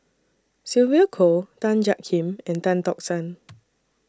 Sylvia Kho Tan Jiak Kim and Tan Tock San